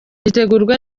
ritegurwa